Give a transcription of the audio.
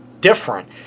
different